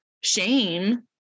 shame